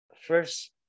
First